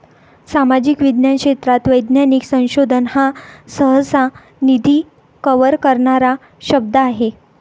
सामाजिक विज्ञान क्षेत्रात वैज्ञानिक संशोधन हा सहसा, निधी कव्हर करणारा शब्द आहे